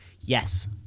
yes